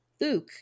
Luke